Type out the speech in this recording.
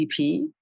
DP